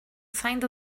signs